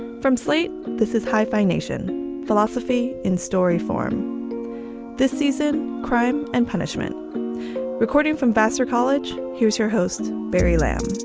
from slate this is hyphenation philosophy in story form this season. crime and punishment recording from vassar college here's your host, barry lamb